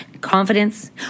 confidence